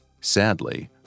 Sadly